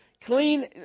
clean